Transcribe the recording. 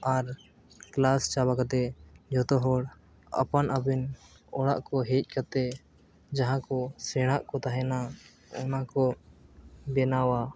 ᱟᱨ class ᱪᱟᱵᱟ ᱠᱟᱛᱮ ᱡᱚᱛᱚ ᱦᱚᱲ ᱟᱯᱟᱱ ᱟᱹᱯᱤᱱ ᱚᱲᱟᱜ ᱠᱚ ᱦᱮᱡ ᱠᱟᱛᱮ ᱡᱟᱦᱟᱸ ᱠᱚ ᱥᱮᱬᱟ ᱠᱚ ᱛᱟᱦᱮᱱᱟ ᱚᱱᱟ ᱠᱚ ᱵᱮᱱᱟᱣᱟ